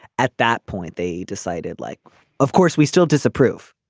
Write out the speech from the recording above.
at that point they decided like of course we still disapprove